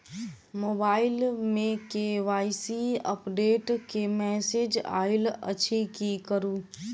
Mobile मे KYC update केँ message आइल अछि की करू?